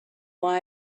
why